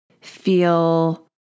feel